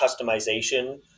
customization